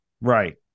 Right